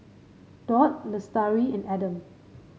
Daud Lestari and Adam